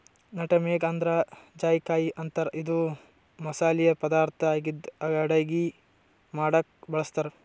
nutmeg ಅಂದ್ರ ಜಾಯಿಕಾಯಿ ಅಂತಾರ್ ಇದು ಮಸಾಲಿ ಪದಾರ್ಥ್ ಆಗಿದ್ದ್ ಅಡಗಿ ಮಾಡಕ್ಕ್ ಬಳಸ್ತಾರ್